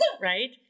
right